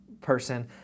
person